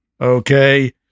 okay